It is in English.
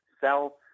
sell